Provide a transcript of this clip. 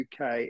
UK